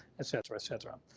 etc, etc.